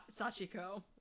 Sachiko